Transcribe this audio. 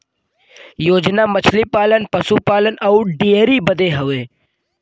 योजना मछली पालन, पसु पालन अउर डेयरीए बदे हउवे